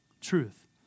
truth